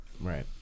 Right